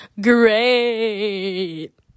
great